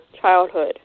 childhood